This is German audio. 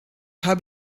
habe